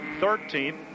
Thirteenth